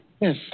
Yes